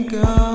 go